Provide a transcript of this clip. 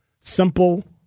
simple